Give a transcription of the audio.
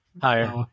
Higher